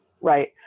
right